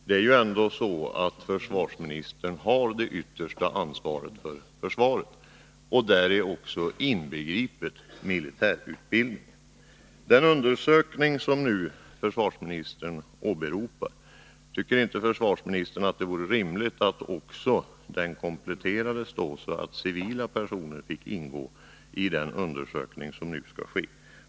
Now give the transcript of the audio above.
Det är ju ändå så att försvarsministern har det yttersta ansvaret för försvaret, däri inbegripet militärutbildningen. Beträffande den undersökning som försvarsministern nu åberopar vill jag fråga: Tycker inte försvarsministern att det vore rimligt att den kompletterades, så att även civila personer fick ingå i den grupp som skall göra undersökningen?